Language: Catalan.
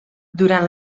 durant